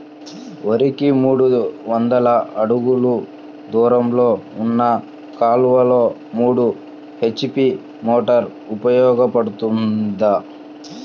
వరికి మూడు వందల అడుగులు దూరంలో ఉన్న కాలువలో మూడు హెచ్.పీ మోటార్ ఉపయోగపడుతుందా?